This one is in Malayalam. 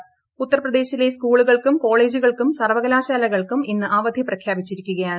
ഇന്ന് ഉത്തർപ്രദേശിലെ സ്കൂളുകൾക്കും കോളേജുകൾക്കും സർവ്വകലാശാലകൾക്കും ഇന്ന് അവധി പ്രഖ്യാപിച്ചിരിക്കുകയാണ്